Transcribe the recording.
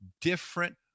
different